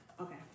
Okay